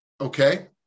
Okay